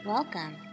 Welcome